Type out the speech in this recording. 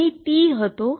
અહીં t હતો